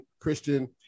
Christian